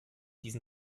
diesen